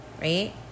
right